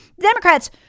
Democrats